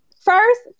first